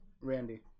Randy